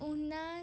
ਉਹਨਾਂ